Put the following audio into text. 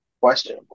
question